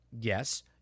yes